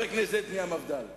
המסורת והנהגים במעשה המרכבה